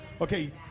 Okay